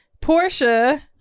Portia